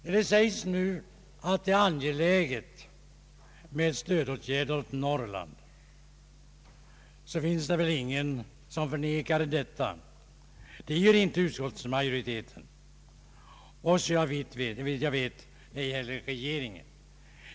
Man framhåller nu att det är angeläget med stödåtgärder åt Norrland, och det finns väl ingen som förnekar detta. Det gör inte utskottsmajoriteten och, såvitt jag vet, inte heller regeringen.